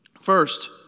First